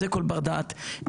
זה כל בר דעת מבין.